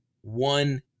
one